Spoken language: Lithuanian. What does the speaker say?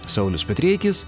saulius petreikis